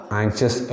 anxious